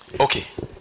Okay